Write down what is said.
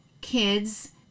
kids